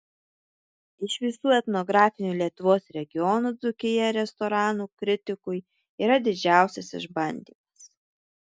iš visų etnografinių lietuvos regionų dzūkija restoranų kritikui yra didžiausias išbandymas